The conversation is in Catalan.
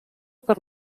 per